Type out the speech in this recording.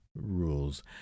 rules